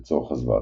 לצורך הסוואתה.